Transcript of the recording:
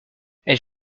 elle